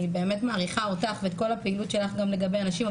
אני באמת מעריכה אותך ואת כל הפעילות שלך גם לגבי הנשים,